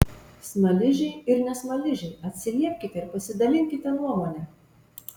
smaližiai ir ne smaližiai atsiliepkite ir pasidalinkite nuomone